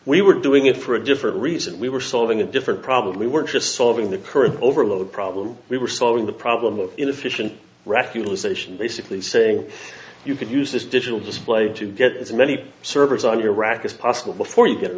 we were doing it for a different reason we were solving a different problem we weren't just solving the current overload problem we were solving the problem of inefficient refutation basically saying you could use this digital display to get as many servers on your rack as possible before you get